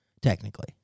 technically